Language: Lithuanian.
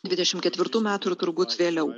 dvidešimt ketvirtų metų ir turbūt vėliau